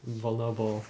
very vulnerable